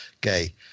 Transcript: gay